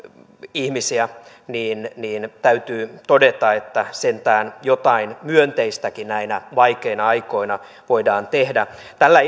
ihmisiä niin niin täytyy todeta että sentään jotain myönteistäkin näinä vaikeina aikoina voidaan tehdä tällä